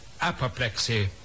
apoplexy